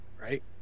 right